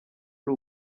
ari